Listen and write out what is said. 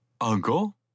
Uncle